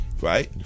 right